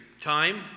time